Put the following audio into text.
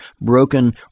broken